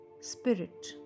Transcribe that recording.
spirit